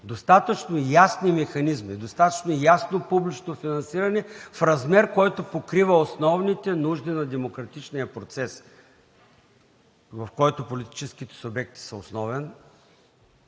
достатъчни ясни механизми, достатъчно ясно публично финансиране в размер, който покрива основните нужди на демократичния процес, в който политическите субекти са основен